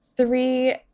Three